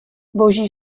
boží